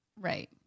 Right